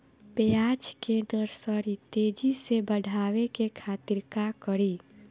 प्याज के नर्सरी तेजी से बढ़ावे के खातिर का करी?